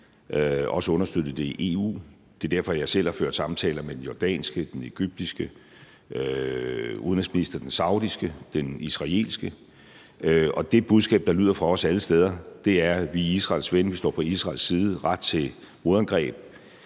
også understøttet det i EU. Det er derfor, jeg selv har ført samtaler med den jordanske og den egyptiske udenrigsminister, og også med den saudiske og den israelske. Det budskab, der alle steder lyder fra os, er, at vi er Israels ven og vi står på Israels side – ret til modangreb